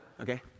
Okay